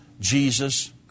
Jesus